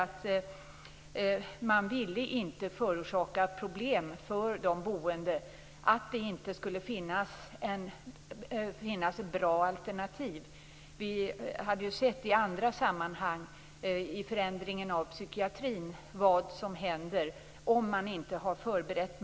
Man ville inte förorsaka problem för de boende att det inte skulle finnas bra alternativ. Vi hade ju sett i andra sammanhang, t.ex. förändringarna inom psykiatrin, vad som kan hända om marken inte har förberetts.